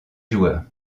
joueurs